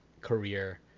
career